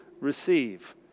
receive